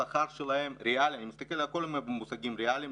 השכר שלהם ריאלי, אני מסתכל על כל המושגים, ---,